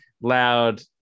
loud